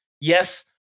yes